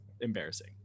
embarrassing